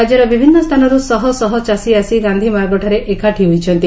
ରାଜ୍ୟର ବିଭିନ୍ ସ୍ତାନରୁ ଶହ ଶହ ଚାଷୀ ଆସି ଗାକ୍ଧି ମାର୍ଗଠାରେ ଏକାଠି ହୋଇଛନ୍ତି